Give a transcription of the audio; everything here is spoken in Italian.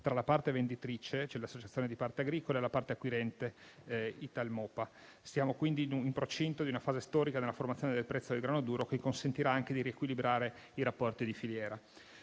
tra la parte venditrice, cioè le associazioni di parte agricola, e la parte acquirente, Italmopa. Siamo quindi in procinto di una fase storica nella formazione del prezzo del grano duro che consentirà anche di riequilibrare i rapporti di filiera.